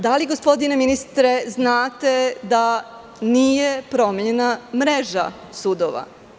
Da li gospodine ministre znate da nije promenjena mreža sudova?